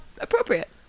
appropriate